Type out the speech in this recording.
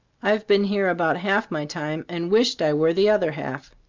i've been here about half my time, and wished i were the other half.